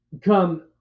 come